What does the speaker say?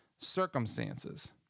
Circumstances